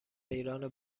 ایران